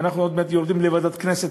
ואנחנו עוד מעט יורדים לוועדת הכנסת